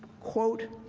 quote,